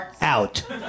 out